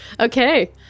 Okay